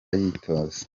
ayitoza